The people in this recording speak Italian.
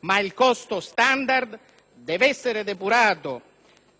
ma il costo standard deve essere depurato